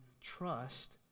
trust